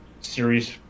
series